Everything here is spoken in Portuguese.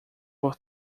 por